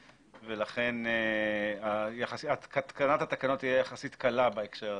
לכן התקנת התקנות תהיה יחסית קלה בהקשר הזה.